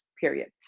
period